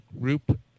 group